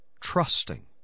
trusting